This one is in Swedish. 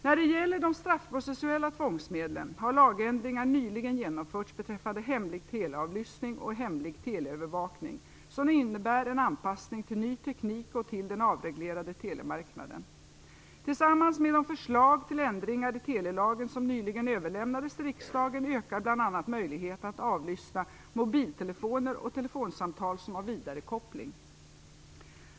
När det gäller de straffprocessuella tvångsmedlen har lagändringar nyligen genomförts beträffande hemlig teleavlyssning och hemlig teleövervakning som innnebär en anpassning till ny teknik och den avreglerade telemarknaden. Tillsammans med de förslag till ändringar i telelagen som nyligen överlämnades till riksdagen ökar bl.a. möjligheterna att avlyssna mobiltelefoner och telefonsamtal som har vidarekoppling.